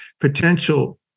potential